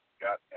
got